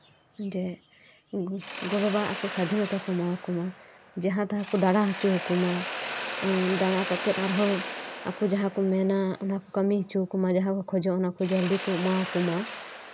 ᱜᱚ ᱵᱟᱵᱟ ᱟᱠᱚ ᱥᱟᱫᱷᱤᱱᱚᱛᱟ ᱠᱚ ᱮᱢᱟ ᱠᱚᱢᱟ ᱡᱟᱦᱟᱸ ᱛᱟᱦᱟᱸ ᱠᱚ ᱫᱟᱬᱟ ᱦᱚᱪᱚ ᱟᱠᱚᱢᱟ ᱫᱟᱬᱟ ᱠᱟᱛᱮᱫ ᱟᱨᱦᱚᱸ ᱟᱠᱚ ᱡᱟᱦᱟᱸ ᱠᱚ ᱢᱮᱱᱟ ᱚᱱᱟ ᱠᱚ ᱠᱟᱹᱢᱤ ᱦᱚᱪᱚᱭᱟᱠᱚᱢᱟ ᱡᱟᱦᱟᱸ ᱠᱚ ᱠᱷᱚᱡᱚᱜ ᱚᱱᱟ ᱠᱚ ᱡᱚᱞᱫᱤ ᱠᱚ ᱮᱢᱟ ᱟᱠᱚᱢᱟ